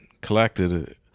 collected